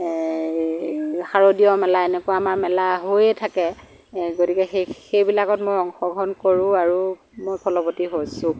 এই শাৰদীয় মেলা এনেকুৱা আমাৰ মেলা হৈয়ে থাকে এ গতিকে সেই সেইবিলাকত মই অংশগ্ৰহণ কৰোঁ আৰু মই ফলৱতী হৈছোঁ